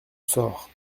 sort